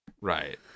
right